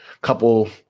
couple